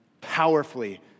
powerfully